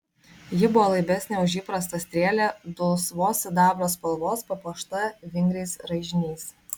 ji buvo laibesnė už įprastą strėlę dulsvos sidabro spalvos papuošta vingriais raižiniais